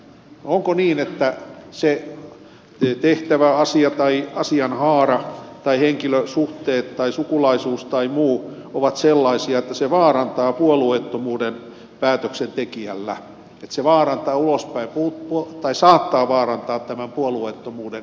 onko niin että se tehtävä asia tai asianhaara tai henkilösuhteet tai sukulaisuus tai muu on sellainen että se vaarantaa puolueettomuuden päätöksentekijällä että se saattaa vaarantaa ulospäin tämän puolueettomuuden